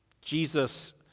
Jesus